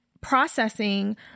processing